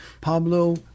Pablo